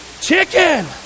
Chicken